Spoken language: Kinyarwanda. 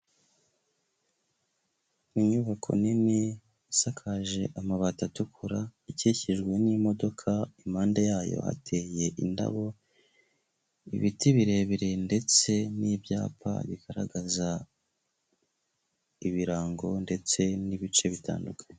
Inyubako nini isakaje amabati atukura, ikikijwe n'imodoka impande yayo hateye indabo, ibiti birebire ndetse n'ibyapa bigaragaza ibirango ndetse n'ibice bitandukanye.